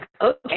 okay